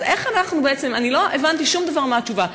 אז לא הבנתי שום דבר מהתשובה,